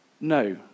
no